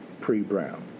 pre-brown